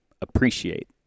appreciate